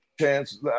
chance